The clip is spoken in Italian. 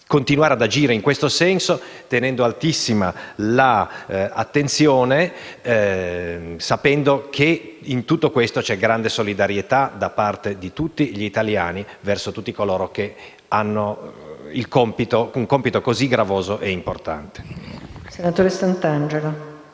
continuare ad agire in tal senso, tenendo altissima l'attenzione e sapendo che in tutto questo c'è grande solidarietà, da parte di tutti gli italiani, verso coloro che hanno un compito così gravoso e importante.